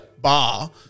bar